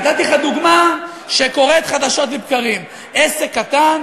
נתתי לך דוגמה שקורית חדשות לבקרים: עסק קטן